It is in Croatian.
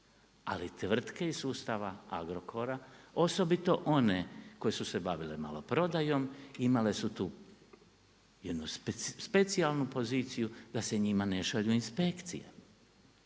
ali tvrtke iz sustava Agrokora osobito one koje su se bavile maloprodajom imale su tu jednu specijalnu poziciju da se njima ne šalju inspekcije.